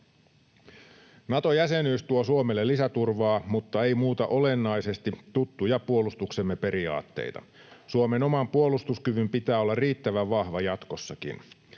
Nato-jäsenyys tuo Suomelle lisäturvaa, mutta ei muuta olennaisesti tuttuja puolustuksemme periaatteita. Suomen oman puolustuskyvyn pitää olla riittävän vahva jatkossakin.